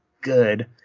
good